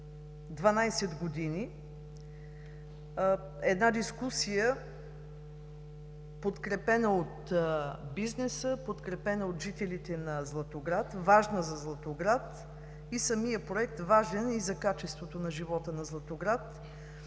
12 години. Една дискусия, подкрепена от бизнеса, от жителите на Златоград, важна за Златоград. Самият проект е важен за качеството на живота на Златоград,